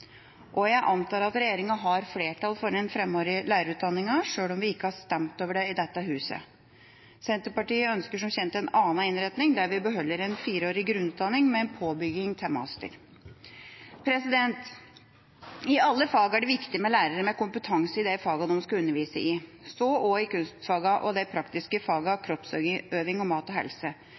Jeg antar at regjeringa har flertall for den femårige lærerutdanninga, sjøl om det ikke er stemt over det i dette huset. Senterpartiet ønsker som kjent en annen innretning, der vi beholder en fireårig grunnutdanning med en påbygging til master. I alle fag er det viktig med lærere som har kompetanse i de fagene de skal undervise i, så også i kunstfagene og i de praktiske fagene kroppsøving og mat og helse.